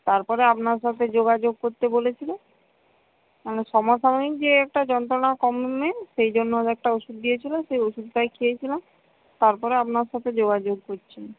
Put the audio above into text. তারপরে আপনার সাথে যোগাযোগ করতে বলেছিলো মানে সঙ্গেই যে একটা যন্ত্রণা কমে সেই জন্য ওর একটা ওষুধ দিয়েছিলো সেই ওষুধটাই খেয়েছিলাম তারপরে আপনার সাথে যোগাযোগ করছি